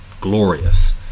glorious